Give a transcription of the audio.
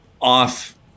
off